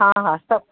हा हा सभु